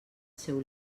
seu